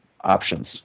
options